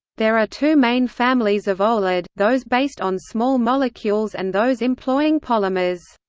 there are two main families of oled those based on small molecules and those employing polymers.